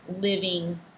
living